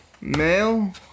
male